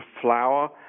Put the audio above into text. flour